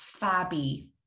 Fabby